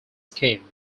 scheme